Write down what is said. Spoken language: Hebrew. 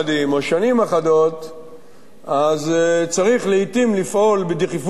אחדות אז צריך לעתים לפעול בדחיפות מסוימת.